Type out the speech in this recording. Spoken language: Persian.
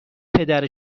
پدر